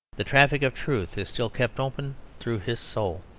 the traffic of truth is still kept open through his soul.